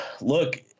look